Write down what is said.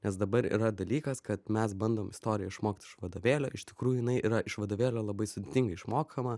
nes dabar yra dalykas kad mes bandom istoriją išmokt iš vadovėlio iš tikrųjų jinai yra iš vadovėlio labai sudėtingai išmokama